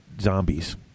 zombies